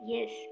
Yes